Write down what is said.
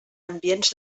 ambients